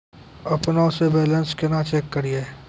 अपनों से बैलेंस केना चेक करियै?